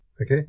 Okay